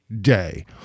day